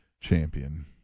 champion